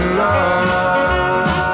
love